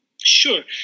Sure